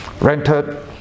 Rented